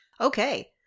Okay